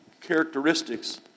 characteristics